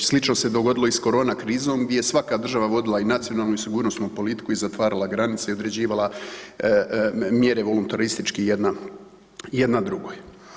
Slično se dogodilo i s korona krizom gdje je svaka država vodila i nacionalnu i sigurnosnu politiku i zatvarala granice i određivala mjere voluntaristički jedna drugoj.